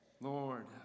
Lord